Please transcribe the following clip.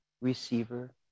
receiver